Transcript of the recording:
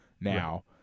now